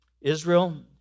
Israel